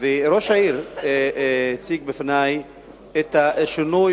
וראש העיר הציג בפני את השינוי